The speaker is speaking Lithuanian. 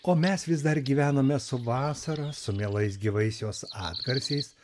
o mes vis dar gyvename su vasara su mielais gyvais jos atgarsiais